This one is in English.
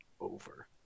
over